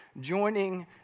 joining